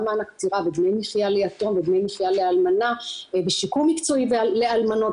מענק פטירה ודמי מחיה ליתום ודמי מחיה לאלמנה ושיקום מקצועי לאלמנות,